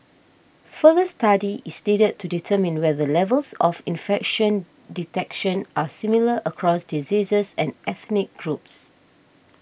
further study is needed to determine whether levels of infection detection are similar across diseases and ethnic groups